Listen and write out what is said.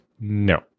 No